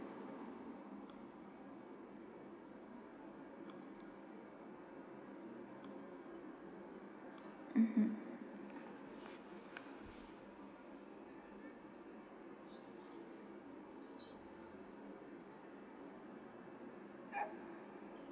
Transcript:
mmhmm